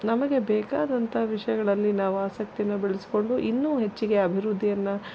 ನಮಗೆ ಬೇಕಾದಂಥ ವಿಷಯಗಳಲ್ಲಿ ನಾವು ಆಸಕ್ತಿನ ಬೆಳೆಸ್ಕೊಂಡು ಇನ್ನೂ ಹೆಚ್ಚಿಗೆ ಅಭಿವೃದ್ಧಿಯನ್ನ